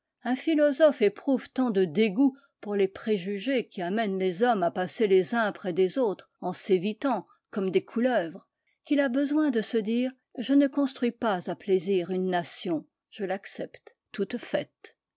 un philosophe éprouve tant de dégoût pour les préjugés qui amènent les hommes à passer les uns près des autres en s'évitant comme des couleuvres qu'il a besoin de se dire je ne construis pas à plaisir une nation je l'accepte toute faite